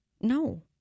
No